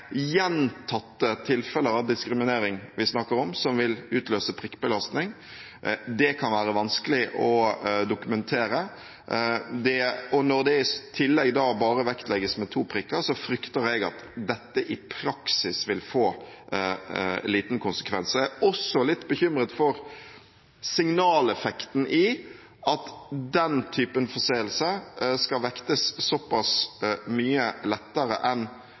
gjentatte tilfeller av diskriminering vi snakker om, som vil utløse prikkbelastning. Det kan være vanskelig å dokumentere, og når det i tillegg bare vektlegges med to prikker, frykter jeg at det i praksis vil få liten konsekvens. Så er jeg også litt bekymret for signaleffekten av at den typen forseelse skal vektes så pass mye lettere enn